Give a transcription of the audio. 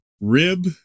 rib